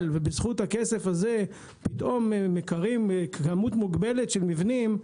ובזכות הכסף הזה פתאום מקרים כמות מוגבלת של מבנים,